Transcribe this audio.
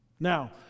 Now